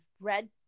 red